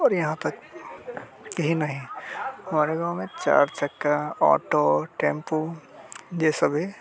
और यहाँ तक यही नहीं हमारे गाँव में चार चक्का ऑटो टेम्पू यह सभी